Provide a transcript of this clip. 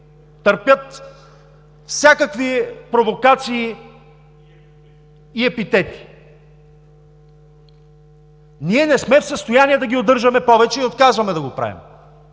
търпят всякакви провокации и епитети! Ние не сме в състояние да ги удържаме повече и отказваме да го правим!